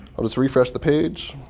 i'll just refresh the page.